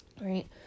right